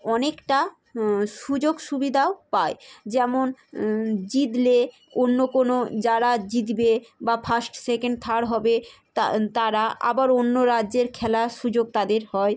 অনেকটা সুযোগ সুবিদাও পায় যেমন জিতলে অন্য কোনো যারা জিতবে বা ফাস্ট সেকেন্ড থার্ড হবে তারা আবার অন্য রাজ্যের খেলার সুযোগ তাদের হয়